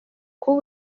kuba